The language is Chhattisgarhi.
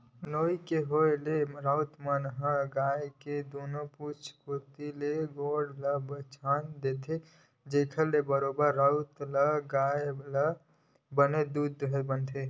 नोई के होय ले राउत मन ह गाय के दूनों पाछू कोती के गोड़ ल छांद देथे, जेखर ले बरोबर राउत ल गाय ल बने दूहत बनय